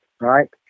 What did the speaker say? right